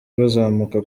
bazamuka